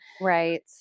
Right